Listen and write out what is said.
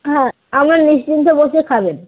হ্যাঁ আপনারা নিশ্চিন্তে বসে খাবেন